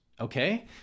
Okay